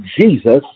Jesus